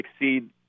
exceed